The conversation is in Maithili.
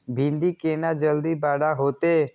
भिंडी केना जल्दी बड़ा होते?